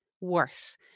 worse